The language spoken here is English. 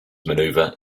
maneuver